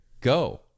Go